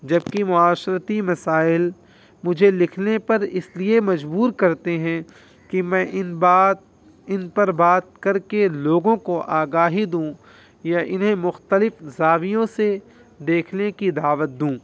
جبکہ معاشرتی مسائل مجھے لکھنے پر اس لیے مجبور کرتے ہیں کہ میں ان بات ان پر بات کر کے لوگوں کو آگاہی دوں یا انہیں مختلف زاویوں سے دیکھنے کی دعوت دوں